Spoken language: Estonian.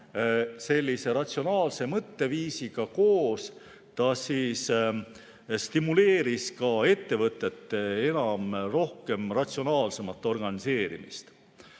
Sellise ratsionaalse mõtteviisiga koos see stimuleeris ettevõtete ratsionaalsemat organiseerimist.